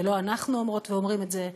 ולא אנחנו אומרות ואומרים את זה,